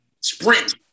sprint